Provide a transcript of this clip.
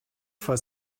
for